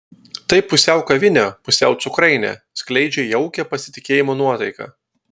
tai pusiau kavinė pusiau cukrainė skleidžia jaukią pasitikėjimo nuotaiką